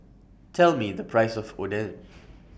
Tell Me The Price of Oden